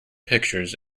pictures